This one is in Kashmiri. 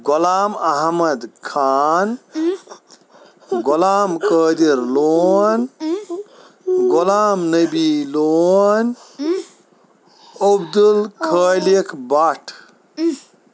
غلام احمد خان غلام قادر لون غلام نبی لون عبدالخالق بھٹ